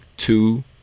Two